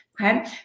okay